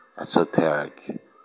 esoteric